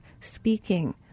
speaking